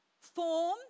form